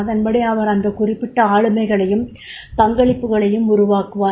அதன்படி அவர் அந்த குறிப்பிட்ட ஆளுமைகளையும் பங்களிப்பையும் உருவாக்குவார்